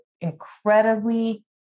incredibly